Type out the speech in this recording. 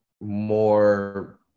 more